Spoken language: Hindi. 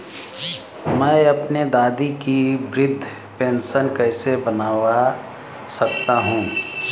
मैं अपनी दादी की वृद्ध पेंशन कैसे बनवा सकता हूँ?